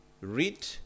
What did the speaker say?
read